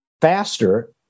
faster